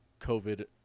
COVID